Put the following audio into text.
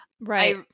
Right